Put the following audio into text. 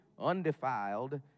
undefiled